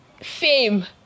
fame